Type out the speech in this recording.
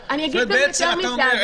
בעצם אתה אומר,